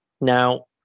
Now